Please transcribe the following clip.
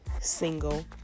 single